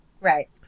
Right